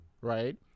right